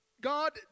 God